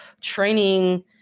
training